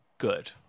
Good